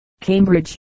Cambridge